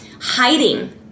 hiding